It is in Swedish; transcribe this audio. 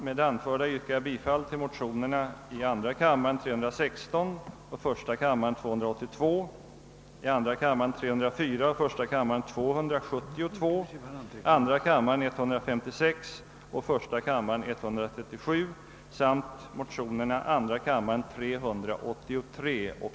Med det anförda yrkar jag bifall till motionerna II: 316 och